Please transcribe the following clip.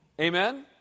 Amen